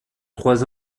trois